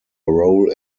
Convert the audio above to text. role